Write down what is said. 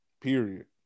Period